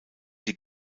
die